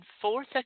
fourth